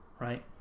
Right